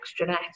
extranet